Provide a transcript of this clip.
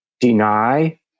deny